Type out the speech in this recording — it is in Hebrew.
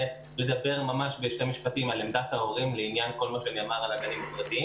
שנאמר על הגנים הפרטיים.